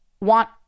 want